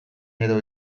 edo